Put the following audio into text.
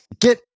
get